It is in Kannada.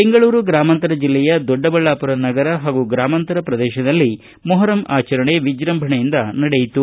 ಬೆಂಗಳೂರು ಗ್ರಾಮಾಂತರ ಜಿಲ್ಲೆಯ ದೊಡ್ಡಬಳ್ಳಾಪುರ ನಗರ ಹಾಗೂ ಗ್ರಾಮಾಂತರ ಪ್ರದೇಶದಲ್ಲಿ ಮೊಹರಂ ಆಚರಣೆ ವಿಜೃಂಭಣೆಯಿಂದ ನಡೆಯಿತು